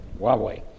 Huawei